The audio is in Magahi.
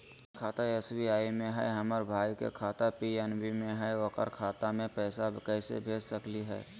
हमर खाता एस.बी.आई में हई, हमर भाई के खाता पी.एन.बी में हई, ओकर खाता में पैसा कैसे भेज सकली हई?